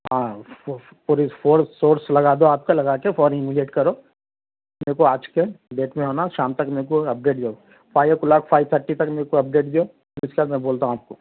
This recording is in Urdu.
ہاں پوری فورس سورس لگا دو آپ کا لگا کے فوری ایمیجٹ کرو میرے کو آج کے ڈیٹ میں ہونا شام تک میرے کو اپڈیٹ دو فائیو او کلاک فائیو تھٹی تک میرے کو اپڈیٹ دو اُس کے بعد میں بولتا ہوں آپ کو